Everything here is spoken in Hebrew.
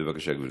בבקשה, גברתי.